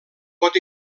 pot